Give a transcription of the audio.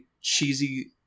cheesy